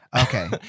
Okay